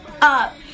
up